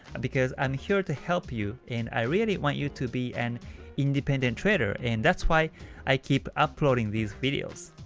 because i'm here to help you and i really want you to be an independent trader, and that's why i keep uploading these videos.